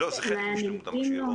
לא, זה חלק משלמות המכשיר.